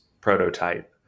prototype